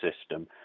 system